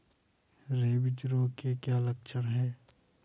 Rabies रोग के क्या लक्षण है?